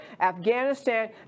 Afghanistan